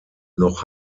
noch